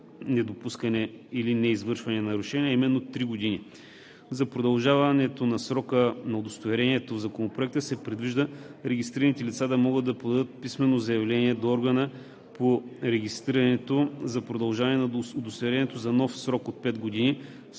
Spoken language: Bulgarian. на недопускане или неизвършване на нарушения, а именно три години. За продължаването на срока на удостоверението в Законопроекта се предвижда регистрираните лица да могат да подадат писмено заявление до органа по регистрирането за продължаване на удостоверението за нов срок от 5 години